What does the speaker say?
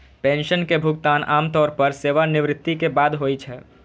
pension के भुगतान आम तौर पर सेवानिवृत्ति के बाद होइ छै